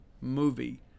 movie